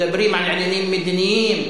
מדברים על עניינים מדיניים?